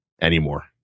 anymore